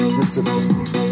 discipline